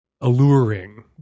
alluring